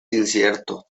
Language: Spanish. incierto